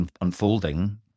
unfolding